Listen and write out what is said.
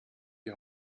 die